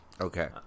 Okay